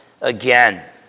again